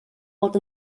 bod